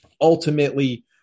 ultimately